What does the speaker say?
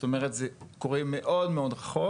זה קורה מאוד רחוק.